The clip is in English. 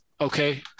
okay